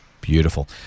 Beautiful